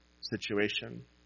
situation